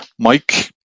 Mike